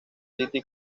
city